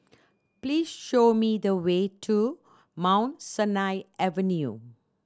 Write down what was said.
please show me the way to Mount Sinai Avenue